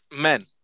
Men